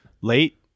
Late